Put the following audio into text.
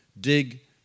Dig